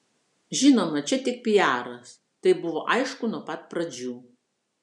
žinoma čia tik piaras tai buvo aišku nuo pat pradžių